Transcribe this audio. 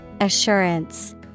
Assurance